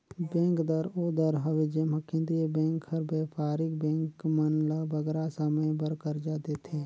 bank दर ओ दर हवे जेम्हां केंद्रीय बेंक हर बयपारिक बेंक मन ल बगरा समे बर करजा देथे